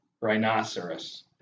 rhinoceros